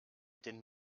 den